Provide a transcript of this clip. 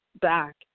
back